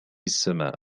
السماء